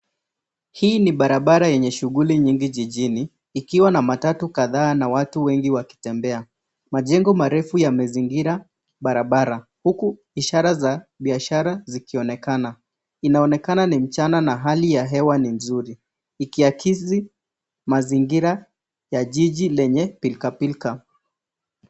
Hii ni barabara yenye shughuli nyingi jijini, ikiwa na matatu kadhaa na watu wengi wakitebea. Majengo marefu yamezingira barabara huku ishara za barabara zikionekana. Inaonekana ni mchana na hali ya hewa ni mzuri, ikiakisi mazingira ya jiji lenye pilka pilka.